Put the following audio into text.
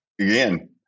Again